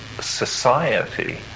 society